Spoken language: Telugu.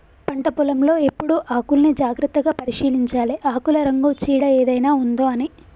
పంట పొలం లో ఎప్పుడు ఆకుల్ని జాగ్రత్తగా పరిశీలించాలె ఆకుల రంగు చీడ ఏదైనా ఉందొ అని